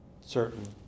certain